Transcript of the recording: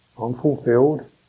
unfulfilled